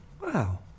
Wow